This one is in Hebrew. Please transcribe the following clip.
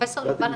ד"ר יובל,